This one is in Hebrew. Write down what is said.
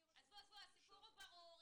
עזבו, הסיפור הוא ברור.